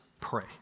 pray